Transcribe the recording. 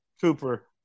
Cooper